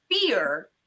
fear